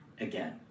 again